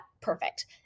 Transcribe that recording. perfect